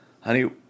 Honey